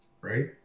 right